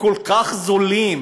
כל כך זולות.